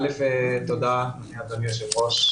תודה לאדוני היושב-ראש,